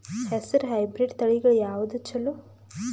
ಹೆಸರ ಹೈಬ್ರಿಡ್ ತಳಿಗಳ ಯಾವದು ಚಲೋ?